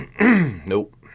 Nope